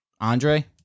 Andre